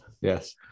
Yes